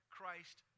Christ